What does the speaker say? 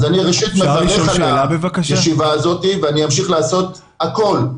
אז אני מברך על הישיבה הזאת ואני אמשיך לעשות הכול,